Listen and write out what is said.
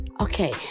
Okay